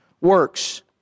works